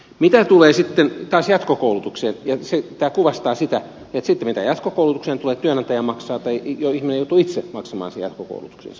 mitä tulee sitten taas jatkokoulutukseen tämä kuvastaa sitä että työnantaja maksaa tai ihminen joutuu itse maksamaan sen jatkokoulutuksensa